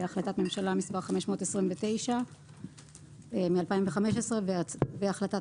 החלטת ממשלה מספר 529 מ-2015 והחלטת